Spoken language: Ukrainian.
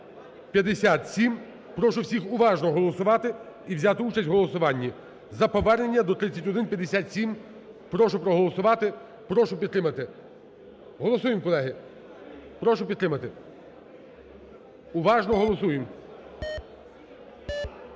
Прошу всіх уважно голосувати і взяти участь в голосуванні за повернення до 3157 прошу проголосувати, прошу підтримати. Голосуємо, колеги! Прошу підтримати. Уважно, голосуємо.